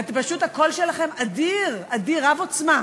פשוט הקול שלכם אדיר, רב-עוצמה.